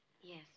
Yes